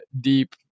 deep